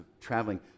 traveling